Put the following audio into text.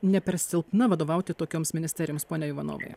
ne per silpna vadovauti tokioms ministerijoms pone ivanovai